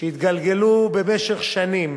שהתגלגלו במשך שנים